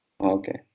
Okay